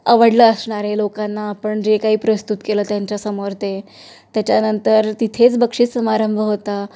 आवडलं असणार आहे लोकांना आपण जे काही प्रस्तुत केलं त्यांच्यासमोर ते त्याच्यानंतर तिथेच बक्षीस समारंभ होता